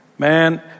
Man